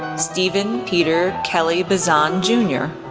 stephen peter kelly-bazan jr,